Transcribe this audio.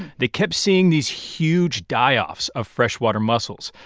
they kept seeing these huge die-offs of freshwater mussels.